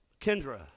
Kendra